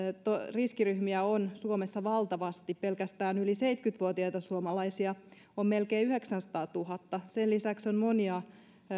riskiryhmiä on suomessa valtavasti pelkästään yli seitsemänkymmentä vuotiaita suomalaisia on melkein yhdeksänsataatuhatta sen lisäksi on monia